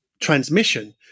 transmission